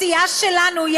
הסיעה שלנו,